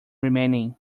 remaining